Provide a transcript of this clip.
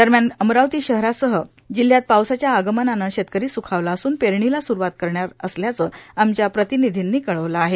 दरम्यान अमरावती शहरासह जिल्हयात पावसाच्या आगमनानं शेतकरी स्खावला असून पेरणीला स्रवात करणार असल्याचं आमच्या प्रतिनिधीनं कळवलं आहे